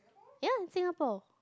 ya in Singapore